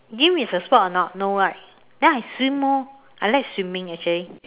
gym is a sport or not no right then I swim orh I like swimming actually